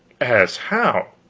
as how?